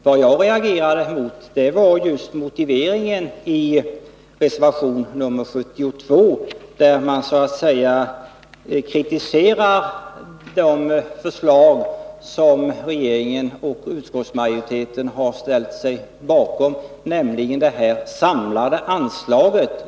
Vad jag reagerade mot var just motiveringen i reservation nr 72, där reservanterna kritiserar de förslag som regeringen och utskottsmajoriteten har ställt sig bakom om ett samlat anslag.